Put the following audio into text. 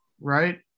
Right